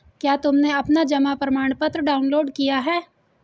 क्या तुमने अपना जमा प्रमाणपत्र डाउनलोड किया है?